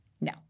No